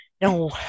no